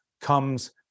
comes